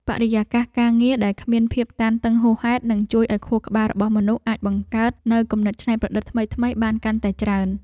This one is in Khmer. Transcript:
បរិយាកាសការងារដែលគ្មានភាពតានតឹងហួសហេតុនឹងជួយឱ្យខួរក្បាលរបស់មនុស្សអាចបង្កើតនូវគំនិតច្នៃប្រឌិតថ្មីៗបានកាន់តែច្រើន។